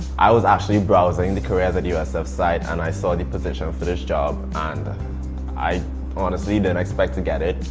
i was actually browsing the careers at usf site and i saw the position for this job ah and i honestly didn't expect to get it.